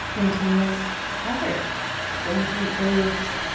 anthony is father ben wecan't graves.